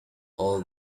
all